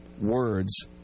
words